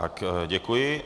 Tak děkuji.